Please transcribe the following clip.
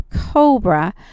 cobra